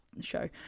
show